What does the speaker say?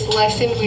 lesson